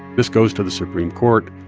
this goes to the supreme court.